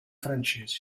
francesi